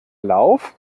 lauf